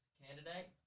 candidate